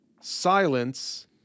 silence